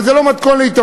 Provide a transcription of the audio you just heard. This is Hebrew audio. אבל זה לא מתכון להתאבדות.